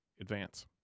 advance